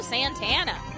Santana